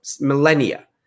millennia